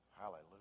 Hallelujah